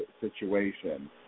situation